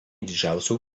didžiausių